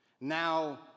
Now